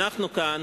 אנחנו כאן